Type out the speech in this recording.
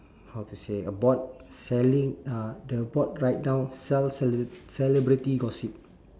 how to say a board selling uh the board write down sell cele~ celebrity gossip